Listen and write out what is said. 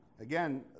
Again